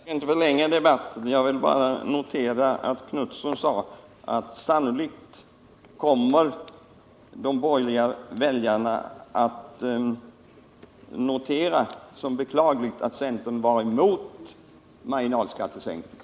Herr talman! Jag skall inte förlänga debatten, utan jag vill bara slå fast att Göthe Knutson sade att sannolikt kommer de borgerliga väljarna att notera som beklagligt att centern var emot marginalskattesänkningar.